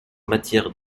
matière